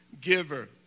giver